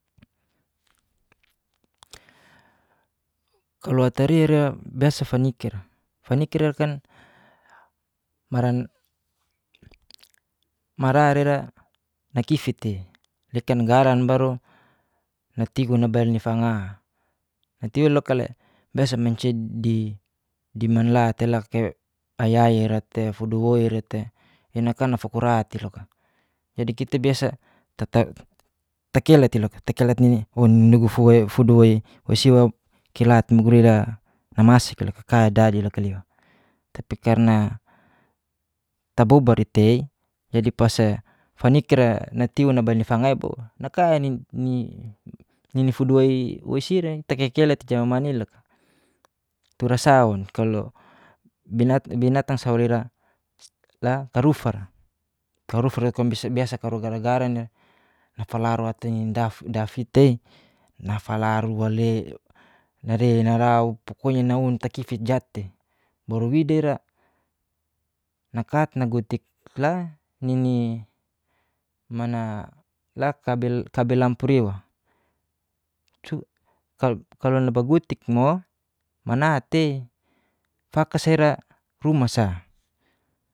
Kalo atari i'ra biasa faniki'ra, faniki'ra kan marar ira nakifiti rekan garan baru natiguna bani fanga, natiu loka'le biasa manci dimanla tei loka'le ayai'ra tei. fudu woira tei ina kana fukura tei loka. jadi kita biasa takelat tei loka, takelat fuduwei wasiwa kilat mugurira namasik ka'dadi loka liwa, tapi karna tabubari tei jadi pas'a faniki'ra natiu nabali fangai bo nakai'ni nini fuduwei weisire takekelat ijamamani loka, turasaun binatang saurira la tarufara, tarufara kam biasa karu gara-garani'a nafalarua tei dafi'i tei nafalaru'a tei nare narau pokoknya naun takifitja tei. baru wibaira nakat nagu tei la nini mana la kabel lampur'a kalo nabagutik mo mana tei fakasi'ra ruma sa.